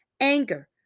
anger